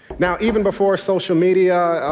now even before social media,